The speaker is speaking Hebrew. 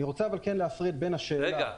אני רוצה אבל כן להפריד בין השאלה --- רגע.